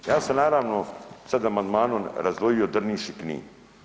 Ja sam naravno sad amandmanom razdvojio Drniš i Knin.